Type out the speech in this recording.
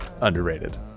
underrated